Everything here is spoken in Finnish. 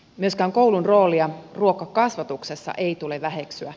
myöskään koulun roolia ruokakasvatuksessa ei tule väheksyä